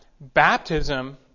baptism